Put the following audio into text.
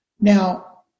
Now